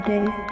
day